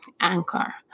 anchor